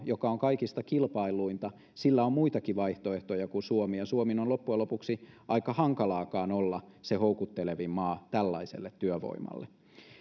joka on kaikista kilpailluinta on muitakin vaihtoehtoja kuin suomi ja suomen on loppujen lopuksi aika hankalaakin olla se houkuttelevin maa tällaiselle työvoimalle